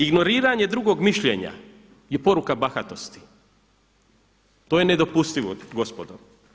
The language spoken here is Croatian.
Ignoriranje drugog mišljenja je poruka bahatosti, to je nedopustivo gospodo.